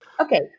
Okay